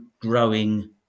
growing